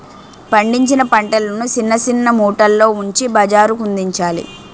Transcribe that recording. పండించిన పంటలను సిన్న సిన్న మూటల్లో ఉంచి బజారుకందించాలి